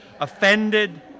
offended